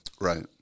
right